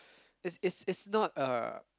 it's it's it's not a